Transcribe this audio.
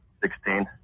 Sixteen